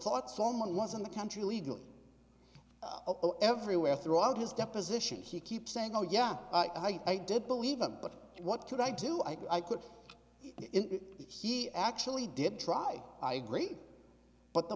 thought someone was in the country illegally oh everywhere throughout his deposition he keeps saying oh yeah i did believe him but what could i do i could if she actually did try i agree but the